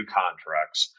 contracts